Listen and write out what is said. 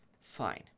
Fine